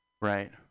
right